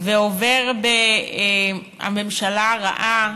ועובר ב"הממשלה הרעה",